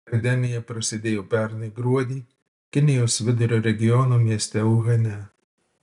epidemija prasidėjo pernai gruodį kinijos vidurio regiono mieste uhane